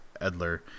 edler